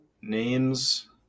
Names